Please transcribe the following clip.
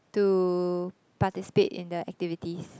to participate in the activities